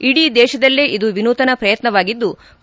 ಇಡೀ ದೇಶದಲ್ಲೇ ಇದು ವಿನೂತನ ಪ್ರಯತ್ನವಾಗಿದ್ಲು